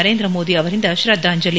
ನರೇಂದ್ರ ಮೋದಿ ಅವರಿಂದ ಶ್ರದ್ದಾಂಜಲಿ